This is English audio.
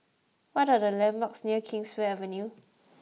what are the landmarks near Kingswear Avenue